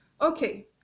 okay